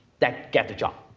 then get the job,